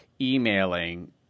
emailing